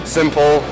simple